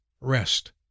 Rest